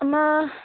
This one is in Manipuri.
ꯑꯃ